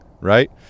right